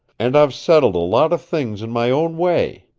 and i've settled a lot of things in my own way.